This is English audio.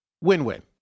Win-win